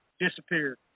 disappeared